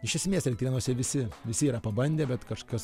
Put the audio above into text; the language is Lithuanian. iš esmės elektrėnuose visi visi yra pabandę bet kažkas